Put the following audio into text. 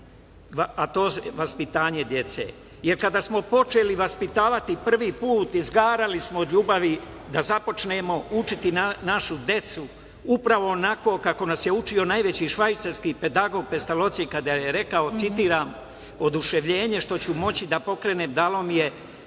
a to je vaspitanje dece, jer kada smo počeli vaspitavati prvi put izgarali smo od ljubavi da započnemo učiti našu decu upravo onako kako nas je učio najveći švajcarski pedagog, Pestaloci, kada je rekao, citiram – oduševljenje što ću moći da pokrenem svoje